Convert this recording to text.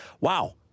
wow